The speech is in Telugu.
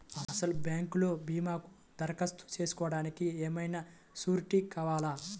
అసలు బ్యాంక్లో భీమాకు దరఖాస్తు చేసుకోవడానికి ఏమయినా సూరీటీ కావాలా?